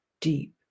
deep